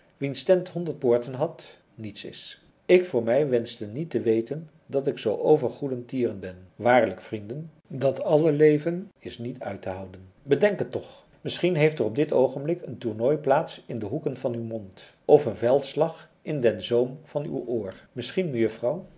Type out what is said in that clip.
wiens tent honderd poorten had niets is ik voor mij wenschte niet te weten dat ik zoo overgoedertieren ben waarlijk vrienden dat alleven is niet uit te houden bedenkt het toch misschien heeft er op dit oogenblik een tornooi plaats in de hoeken van uw mond of een veldslag op den zoom van uw oor misschien